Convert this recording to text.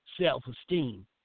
self-esteem